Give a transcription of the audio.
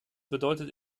bedeutet